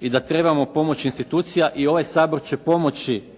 i da trebamo pomoć institucija i ovaj Sabor će pomoći